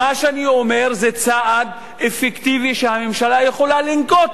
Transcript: מה שאני אומר זה צעד אפקטיבי שהממשלה יכולה לנקוט.